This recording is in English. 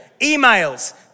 emails